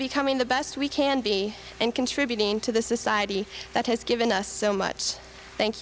becoming the best we can be and contributing to the society that has given us so much thank